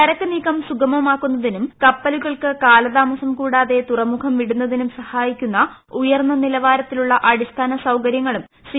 ചരക്ക് നീക്കം സുഗമമാക്കുന്നതിനും കപ്പലുകൾക്ക് കാലതാമസം കൂടാതെ തുറമുഖം വിടുന്നതിനും സഹായിക്കുന്ന ഉയർന്ന നിലവാരത്തിലുള്ള അടിസ്ഥാന സൌകര്യങ്ങളും ശ്രീ